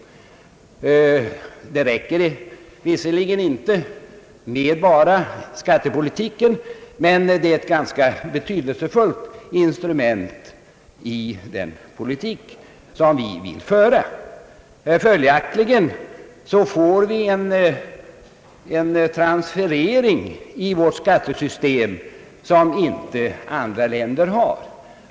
Det räcker visserligen inte med bara skattepolitiken, men den är ett ganska betydelsefullt instrument i den politik som vi vill föra. Följaktligen får vi en transferering i vårt skattesystem som inte andra länder har.